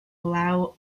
allow